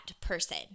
person